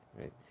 right